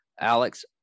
alex